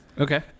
Okay